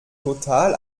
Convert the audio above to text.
total